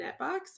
Netbox